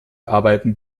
arbeiten